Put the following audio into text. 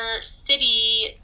city